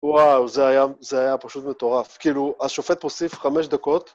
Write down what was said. וואו, זה היה פשוט מטורף. כאילו, השופט הוסיף חמש דקות.